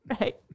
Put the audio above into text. right